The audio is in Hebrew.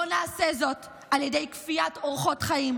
לא נעשה זאת על ידי כפיית אורחות חיים,